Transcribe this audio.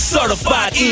Certified